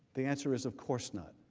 the answer is of course not.